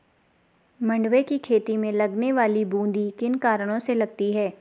मंडुवे की खेती में लगने वाली बूंदी किन कारणों से लगती है?